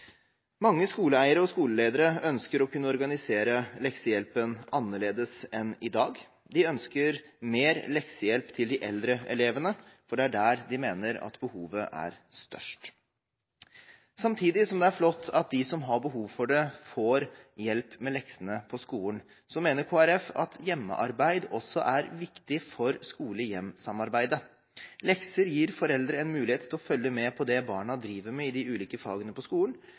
Mange skoleeiere og skoleledere ønsker å kunne organisere leksehjelpen annerledes enn i dag; de ønsker mer leksehjelp til de eldre elevene, for det er der de mener at behovet er størst. Samtidig som det er flott at de som har behov for det, får hjelp med leksene på skolen, mener Kristelig Folkeparti at hjemmearbeid også er viktig for skole–hjem-samarbeidet. Lekser gir foreldre en mulighet til å følge med på det barna driver med i de ulike fagene på skolen,